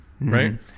Right